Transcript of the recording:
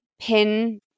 pin